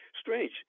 Strange